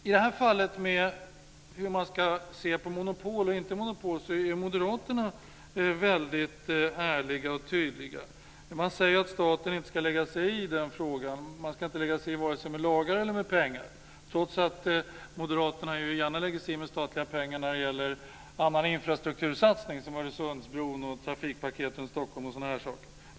I frågan om hur man ska se på monopol är moderaterna väldigt ärliga och tydliga. Man säger att staten inte ska lägga sig i den frågan. Man ska inte lägga sig i vare sig med lagar eller med pengar, trots att moderaterna gärna lägger sig i med statliga pengar när det gäller annan infrastruktursatsning, som Öresundsbron och trafikpaket runt Stockholm.